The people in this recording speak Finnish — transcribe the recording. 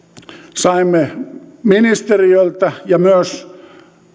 saimme ministeriöltä ja myös